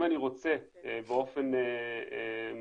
אם אני רוצה באופן עצמאי